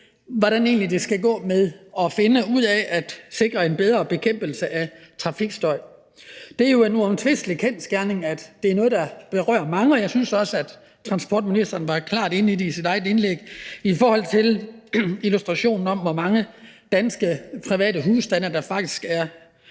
med at finde ud af at sikre en bedre bekæmpelse af trafikstøj. Det er jo en uomtvistelig kendsgerning, at det er noget, der berører mange, og jeg synes også, at transportministeren i sit eget indlæg var klar i forhold til illustrationen af, hvor mange danske private husstande, der faktisk er